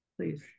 Please